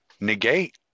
negate